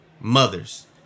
mothers